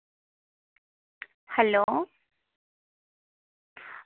hello